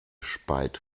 speit